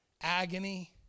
agony